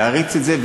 להריץ את זה,